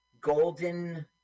golden